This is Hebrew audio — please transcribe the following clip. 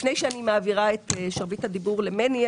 לפני שאני מעבירה את שרביט הדיבור למני,